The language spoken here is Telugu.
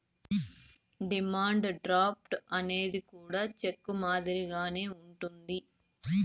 డిమాండ్ డ్రాఫ్ట్ అనేది కూడా చెక్ మాదిరిగానే ఉంటది